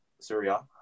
Syria